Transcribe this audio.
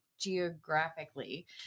geographically